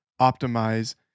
optimize